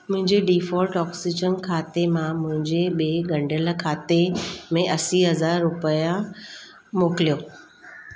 मुंहिंजे default oxygen खाते मां मुंहिंजे ॿिए ॻंढियलु खाते में असी हज़ार रुपया मोकिलियो